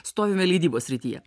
stovime leidybos srityje